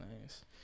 nice